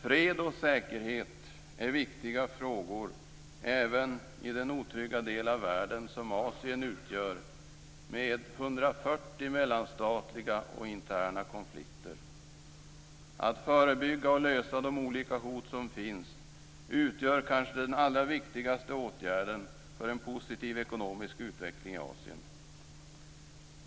Fred och säkerhet är viktiga frågor även i den otrygga del av världen som Asien utgör med 140 mellanstatliga och interna konflikter. Att förebygga och lösa de olika hot som finns utgör kanske den allra viktigaste åtgärden för en positiv ekonomisk utveckling i Asien.